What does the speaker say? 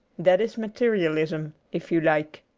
that is materialism, if you like.